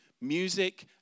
music